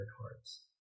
hearts